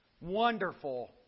Wonderful